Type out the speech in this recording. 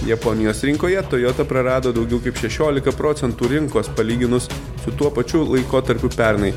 japonijos rinkoje toyota prarado daugiau kaip šešiolika procentų rinkos palyginus su tuo pačiu laikotarpiu pernai